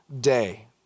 day